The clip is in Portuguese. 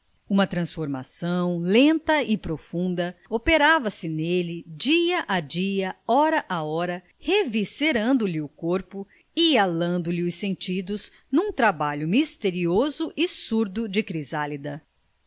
uma transformação lenta e profunda operava se nele dia a dia hora a hora reviscerando lhe o corpo e alando lhe os sentidos num trabalho misterioso e surdo de crisálida